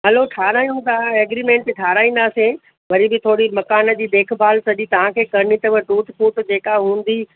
हलो ठाहिरायूं था एग्रीमेंट ठाहिराईंदासी वरी बि थोरी मकान जी देखभाल सॼी तव्हांखे करिणी अथव टूट फ़ूट जेका हूंदी